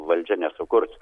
valdžia nesukurs